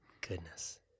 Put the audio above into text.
Goodness